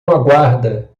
aguarda